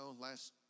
last